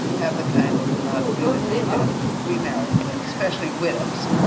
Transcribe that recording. have the kind of monogamy that you can't remarry again, especially widows.